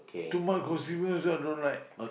too much gossip I also don't like